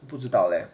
不知道咧